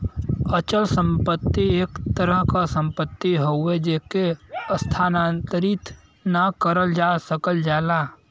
अचल संपत्ति एक तरह क सम्पति हउवे जेके स्थानांतरित न करल जा सकल जाला